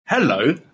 Hello